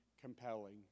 compelling